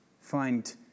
Find